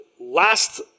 last